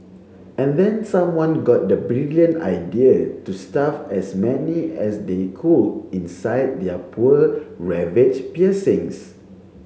and then someone got the brilliant idea to stuff as many as they could inside their poor ravaged piercings